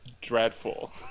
dreadful